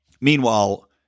Meanwhile